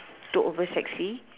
too over sexy